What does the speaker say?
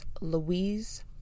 Louise